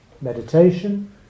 Meditation